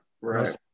right